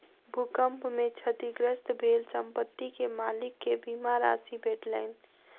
भूकंप में क्षतिग्रस्त भेल संपत्ति के मालिक के बीमा राशि भेटलैन